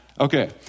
Okay